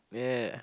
yeah